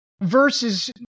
versus